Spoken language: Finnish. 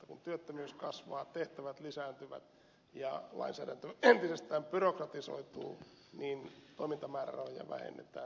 kun työttömyys kasvaa tehtävät lisääntyvät ja lainsäädäntö entisestään byrokratisoituu niin toimintamäärärahoja vähennetään